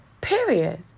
period